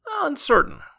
uncertain